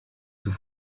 sous